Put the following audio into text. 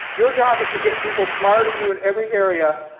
your job is to get people smarter than you in every area,